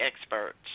experts